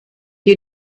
you